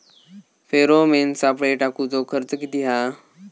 Pheromone सापळे टाकूचो खर्च किती हा?